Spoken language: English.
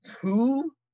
two